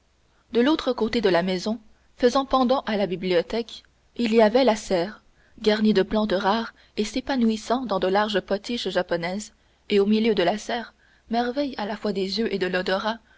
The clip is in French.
de l'autre côté de la maison faisant pendant à la bibliothèque il y avait la serre garnie de plantes rares et s'épanouissant dans de larges potiches japonaises et au milieu de la serre merveille à la fois des yeux et de